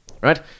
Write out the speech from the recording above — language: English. Right